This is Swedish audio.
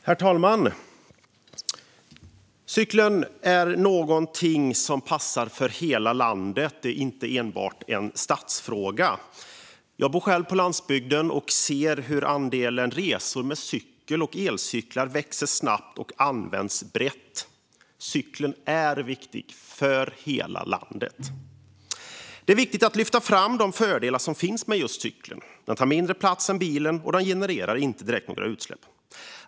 Herr talman! Cykeln passar för hela landet och är inte enbart en stadsfråga. Jag bor själv på landsbygden och ser hur andelen resor med cykel och elcyklar växer snabbt och att cyklarna används brett. Cykeln är viktig för hela landet. Det är viktigt att lyfta fram de fördelar som finns med cykeln. Den tar mindre plats än bilen, och den genererar inte några utsläpp.